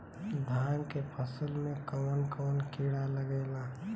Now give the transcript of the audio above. धान के फसल मे कवन कवन कीड़ा लागेला?